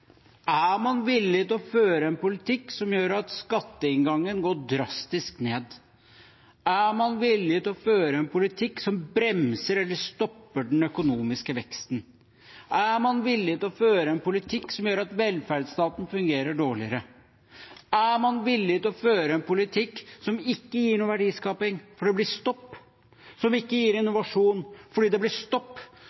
Er man villig til å føre en politikk som gjør at skatteinngangen går drastisk ned? Er man villig til å føre en politikk som bremser eller stopper den økonomiske veksten? Er man villig til å føre en politikk som gjør at velferdsstaten fungerer dårligere? Er man villig til å føre en politikk som ikke gir noen verdiskaping fordi det blir stopp, som ikke gir